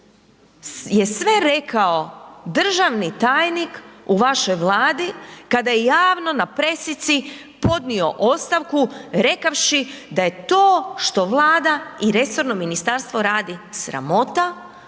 je sve rekao državni tajnik u vašoj Vladi kada je javno na presici podnio ostavku rekavši da je to što Vlada i resorno ministarstvo radi sramota,